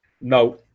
No